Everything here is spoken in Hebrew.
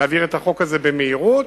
להעברת החוק הזה במהירות,